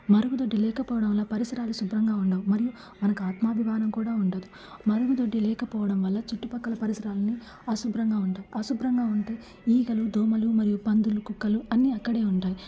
మరుగుదొడ్డి లేకపోవడం వల్ల పరిసరాలు శుభ్రంగా ఉండవు మరియు మనకు ఆత్మాభిమానం కూడా ఉండదు మరుగుదొడ్డి లేకపోవడం వల్ల చుట్టుప్రక్కల పరిసరాలని అశుభ్రంగా ఉండవు అశుభ్రంగా ఉంటే ఈగలు దోమలు మరియు పందులు కుక్కలు అన్ని అక్కడే ఉంటాయి